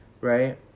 right